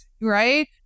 right